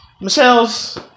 Michelle's